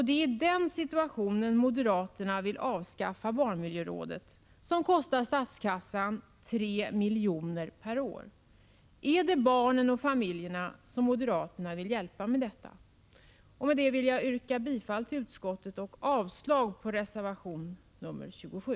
Det är i denna situation moderaterna vill avskaffa barnmiljörådet, som kostar statskassan 3 milj.kr. per år. Är det barnen och familjerna som moderaterna vill hjälpa med detta? Med det sagda yrkar jag bifall till utskottets hemställan och avslag på reservation 27.